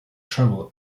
travel